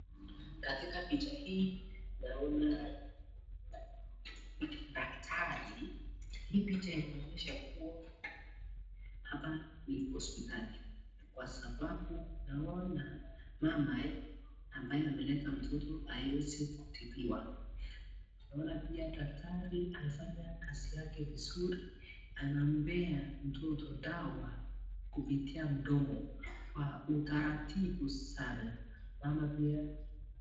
Katika picha hii naona daktari hii picha inaonyesha kuwa hapa ni hosipitali kwasababu naona mama ambaye ameleta mtoto aweze kutibiwa naona pia daktari anafanya kazi yake vizuri anampea mtoto dawa kupitia mdomo kwa utaratibu sana mama pia.